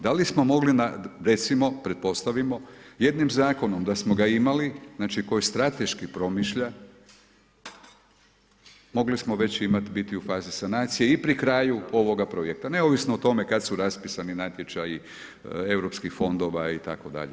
Da li smo mogli, recimo, pretpostavimo, jednim zakonom da smo ga imali, znači koji strateški promišlja, mogli smo već imati, biti u fazi sanacije i pri kraju ovoga projekta neovisno o tome kada su raspisani natječaji Europskih fondova itd.